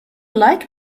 like